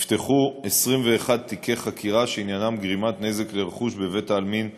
נפתחו 21 תיקי חקירה שעניינם גרימת נזק לרכוש בבית-העלמין תל-רגב,